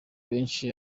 kenshi